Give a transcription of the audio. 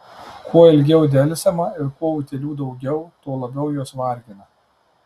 kuo ilgiau delsiama ir kuo utėlių daugiau tuo labiau jos vargina